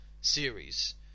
series